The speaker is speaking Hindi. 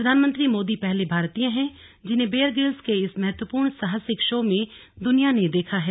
प्रधानमंत्री मोदी पहले भारतीय हैं जिन्हें बेयर ग्रिल्स के इस महत्वपूर्ण साहसिक शो में दुनिया ने देखा है